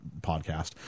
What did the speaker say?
podcast